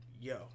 yo